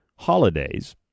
holidays